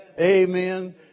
Amen